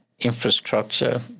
infrastructure